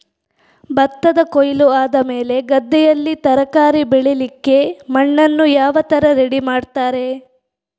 ಭತ್ತದ ಕೊಯ್ಲು ಆದಮೇಲೆ ಗದ್ದೆಯಲ್ಲಿ ತರಕಾರಿ ಬೆಳಿಲಿಕ್ಕೆ ಮಣ್ಣನ್ನು ಯಾವ ತರ ರೆಡಿ ಮಾಡ್ತಾರೆ?